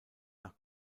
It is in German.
nach